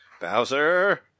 Bowser